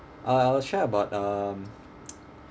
I I'll share about um